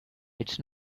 it’s